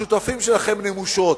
השותפים שלכם נמושות,